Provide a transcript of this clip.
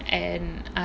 and I